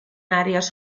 àrees